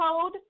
code